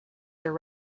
their